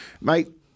mate